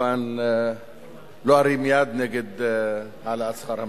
כמובן לא ארים יד נגד העלאת שכר המינימום.